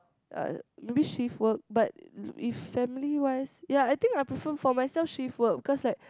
uh maybe shift work but if family wise ya I think I prefer for myself shift work because like